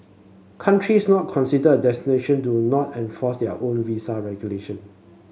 countries not considered a destination do not enforce their own visa regulation